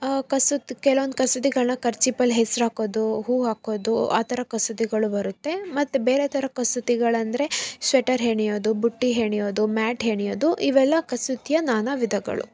ಕಸೂತಿ ಕೆಲ್ವೊಂದು ಕಸೂತಿಗಳನ್ನ ಕರ್ಚಿಪಲ್ಲಿ ಹೆಸ್ರು ಹಾಕೋದು ಹೂ ಹಾಕೋದು ಆ ಥರ ಕಸೂತಿಗಳು ಬರುತ್ತೆ ಮತ್ತು ಬೇರೆ ಥರ ಕಸೂತಿಗಳು ಅಂದರೆ ಶ್ವೆಟರ್ ಹೆಣೆಯೋದು ಬುಟ್ಟಿ ಹೆಣೆಯೋದು ಮ್ಯಾಟ್ ಹೆಣೆಯೋದು ಇವೆಲ್ಲ ಕಸೂತಿಯ ನಾನಾ ವಿಧಗಳು